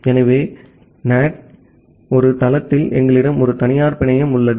எனவே NAT இன் ஒரு தளத்தில் எங்களிடம் ஒரு தனியார் பிணையம் உள்ளது